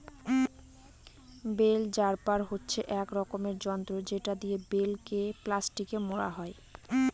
bell wrapper হচ্ছে এক রকমের যন্ত্র যেটা দিয়ে বেল কে প্লাস্টিকে মোড়া হয়